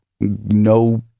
no